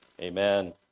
Amen